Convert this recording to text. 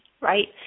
right